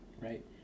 right